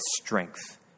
strength